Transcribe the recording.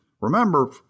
Remember